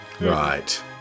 Right